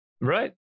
Right